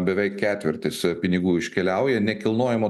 beveik ketvirtis pinigų iškeliauja nekilnojamo